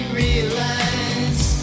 realize